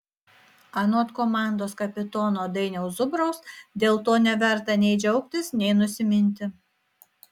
anot komandos kapitono dainiaus zubraus dėl to neverta nei džiaugtis nei nusiminti